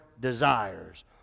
desires